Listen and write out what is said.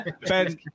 Ben